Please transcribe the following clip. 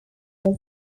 had